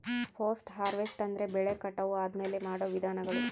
post harvest ಅಂದ್ರೆ ಬೆಳೆ ಕಟಾವು ಆದ್ಮೇಲೆ ಮಾಡೋ ವಿಧಾನಗಳು